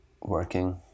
working